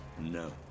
No